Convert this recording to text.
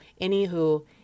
Anywho